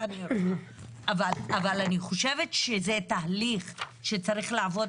אבל אני חושבת שזה תהליך שצריך לעבוד